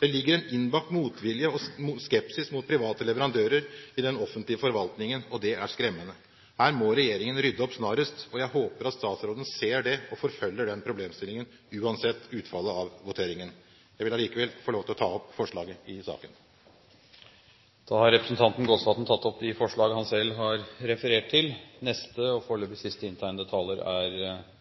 Det ligger en innbakt motvilje og skepsis mot private leverandører i den offentlige forvaltningen, og det er skremmende. Her må regjeringen rydde opp snarest. Jeg håper at statsråden ser det og forfølger den problemstillingen, uansett utfallet av voteringen. Jeg vil likevel ta opp forslaget i innstillingen. Representanten Jon Jæger Gåsvatn har tatt opp det forslaget han refererte til. Hver eneste dag gjør ansatte i både privat sektor, i ideelle organisasjoner og